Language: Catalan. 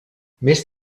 més